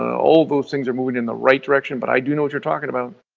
all those things are moving in the right direction. but, i do know what you're talking about.